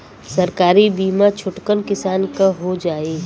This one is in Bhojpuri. सरकारी बीमा छोटकन किसान क हो जाई?